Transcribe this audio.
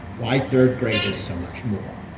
why third graders so much more?